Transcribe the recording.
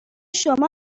شما